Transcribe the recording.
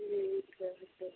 ठीक है अभी तो